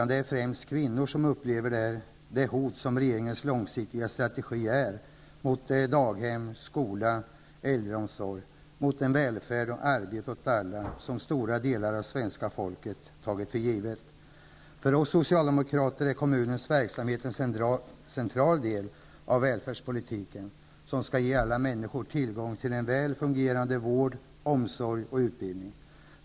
Det är främst kvinnor som upplever det hot som regeringens långsiktiga strategi innebär mot daghem, skola, äldreomsorg och den välfärd med arbete åt alla som stora delar av svenska folket har tagit för given. För oss socialdemokrater är kommunens verksamhet en central del av den välfärdspolitik som skall ge alla människor tillgång till en väl fungerande vård, omsorg och utbildning.